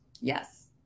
yes